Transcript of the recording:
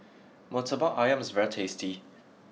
Murtabak Ayam is very tasty